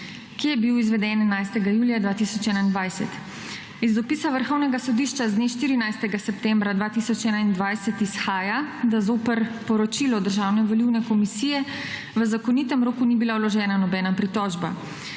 ki je bil izveden 11. julija 2021. Iz dopisa Vrhovnega sodišča z dne 14. septembra 2021 izhaja, da zoper poročilo državne volilne komisije v zakonitem roku ni bila vložena nobena pritožba.